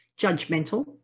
judgmental